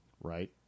Right